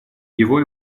его